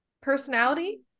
personality